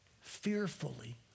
fearfully